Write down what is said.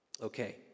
Okay